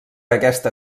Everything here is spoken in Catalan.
aquesta